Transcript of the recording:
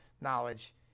knowledge